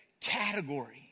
category